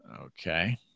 Okay